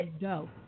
dope